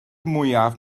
mwyaf